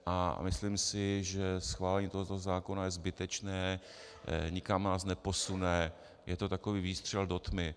A myslím si, že schválení tohoto zákona je zbytečné, nikam nás neposune, je to takový výstřel do tmy.